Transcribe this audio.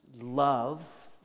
love